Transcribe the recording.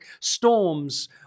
Storms